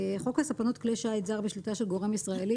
חוק הספנות (כלי שיט זר בשליטה של גורם ישראלי)